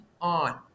on